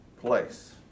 place